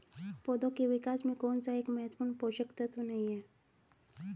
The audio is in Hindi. पौधों के विकास में कौन सा एक महत्वपूर्ण पोषक तत्व नहीं है?